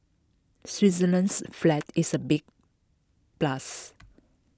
Switzerland's flag is A big plus